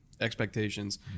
expectations